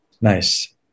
nice